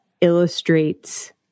illustrates